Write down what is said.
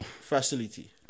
Facility